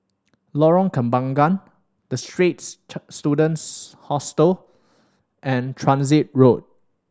Lorong Kembangan The Straits Students Hostel and Transit Road